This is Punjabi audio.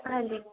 ਹਾਂਜੀ